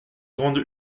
grande